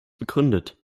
begründet